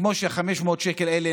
כמו שה-500 שקל האלה,